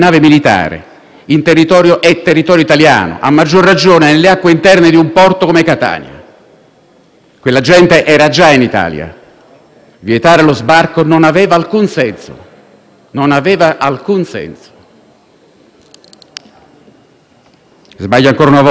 Quella gente era già in Italia, vietare lo sbarco non aveva alcun senso. Sbaglia ancora una volta la relazione di maggioranza quando afferma che il salvataggio dal mare si concluda